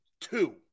Two